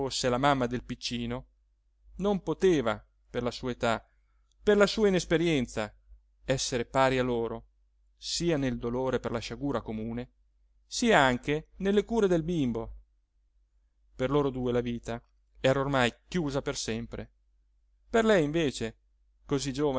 la mamma del piccino non poteva per la sua età per la sua inesperienza esser pari a loro sia nel dolore per la sciagura comune sia anche nelle cure del bimbo per loro due la vita era ormai chiusa per sempre per lei invece così